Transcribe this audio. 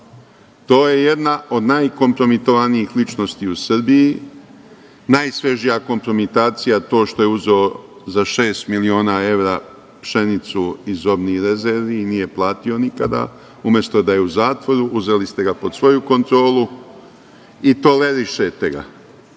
To je jedna od najkompromitovanijih ličnosti u Srbiji. Najsvežija kompromitacija je to što je uzeo za šest miliona evra pšenicu iz robnih rezervi i nije platio nikada. Umesto da je u zatvoru, uzeli ste ga pod svoju kontrolu i tolerišete ga.